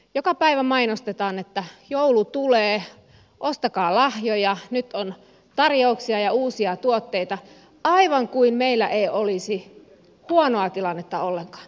joka päivä mainostetaan että joulu tulee ostakaa lahjoja nyt on tarjouksia ja uusia tuotteita aivan kuin meillä ei olisi huonoa tilannetta ollenkaan